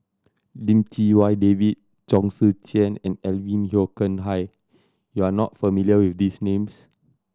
Lim Chee Wai David Chong Tze Chien and Alvin Yeo Khirn Hai you are not familiar with these names